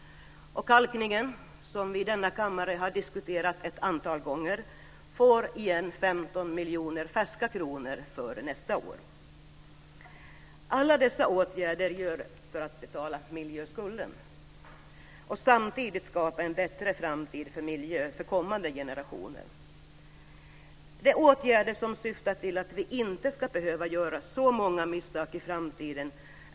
Kalkningen, som vi har diskuterat ett antal gånger här i kammaren, får 15 miljoner färska kronor för nästa år. Alla dessa åtgärder gör vi för att betala miljöskulden och samtidigt skapa en bättre framtid när det gäller miljön för kommande generationer. Miljöforskningen och miljöövervakningen syftar till att vi inte ska behöva göra så många misstag i framtiden.